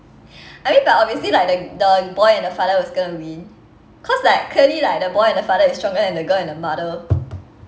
I mean but obviously like the the boy and the father was gonna win cause like clearly like the boy and the father is stronger than the girl and the mother